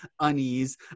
unease